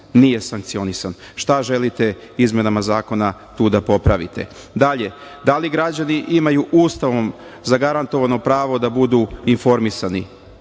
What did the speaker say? Nije sankcionisan. Šta želite izmenama zakona tu da popravite? Dalje, li građani imaju Ustavom zagarantovano pravo da budu informisani,